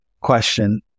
question